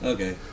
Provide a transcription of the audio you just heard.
Okay